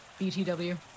BTW